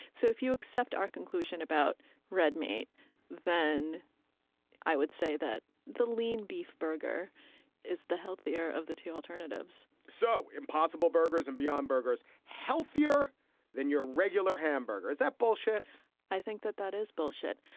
so if you accept our conclusion about red meat then i would say that the lean beef burger is the healthier of the two alternatives so impossible burgers and beyond burgers healthier than your regular hamburger. is that bullshit i think that that is bullshit.